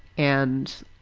and,